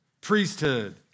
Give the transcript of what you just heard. Priesthood